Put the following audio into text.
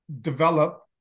develop